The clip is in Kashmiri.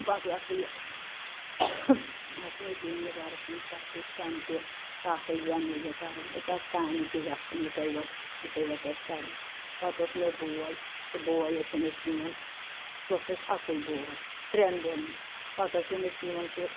پتہٕ ہسا یہِ ٲس مےٚ بِیٚنہِ گَرَس منٛز پتہٕ ہیوٚچھ تَمہِ تہِ تَس ٲسۍ بینہِ زٕ کران أسۍ آسہٕ کامہِ تہِ گژھان یِکہٕ وَٹ یِکہٕ وَٹ ٲسۍ کَران پتہٕ اوس مےٚ بوے سُہ بوے ٲسِن أسۍ نِوان سُہ اوس اسہِ اکُے بوے ترٛؠن بیٚنین پتہٕ ٲسِن أسۍ نِوان سُہ